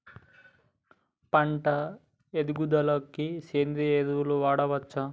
పంట ఎదుగుదలకి సేంద్రీయ ఎరువులు వాడచ్చా?